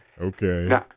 Okay